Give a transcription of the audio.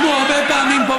אנחנו הרבה פעמים פה,